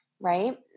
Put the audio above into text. Right